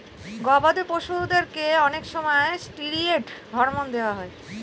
গবাদি পশুদেরকে অনেক সময় ষ্টিরয়েড হরমোন দেওয়া হয়